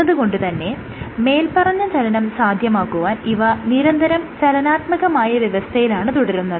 എന്നതുകൊണ്ട് തന്നെ മേല്പറഞ്ഞ ചലനം സാധ്യമാക്കുവാൻ ഇവ നിരന്തരം ചലനാത്മകമായ വ്യവസ്ഥയിലാണ് തുടരുന്നത്